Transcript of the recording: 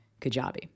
Kajabi